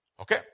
Okay